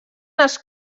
els